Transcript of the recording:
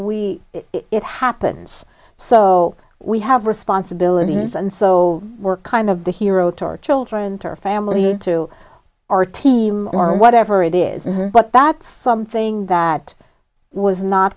we it happens so we have responsibilities and so we're kind of the hero to our children to our family to our team or whatever it is but that's something that was not